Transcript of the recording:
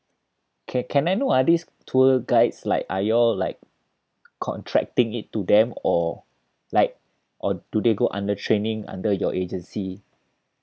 can can I know ah these tour guides like are you all like contracting it to them or like or do they go under training under your agency